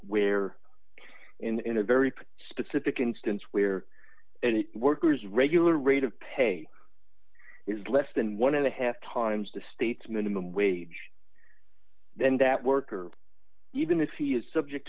where in a very specific instance where workers regular rate of pay is less than one of the half times the state's minimum wage then that worker even if he is subject